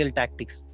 tactics